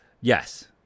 yes